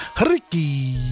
Ricky